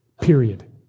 Period